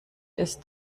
ist